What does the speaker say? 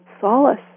solace